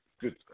good